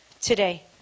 today